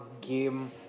game